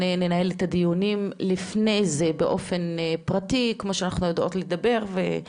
ננהל את הדיונים לפני כן באופן פרטי, וננסה